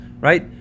right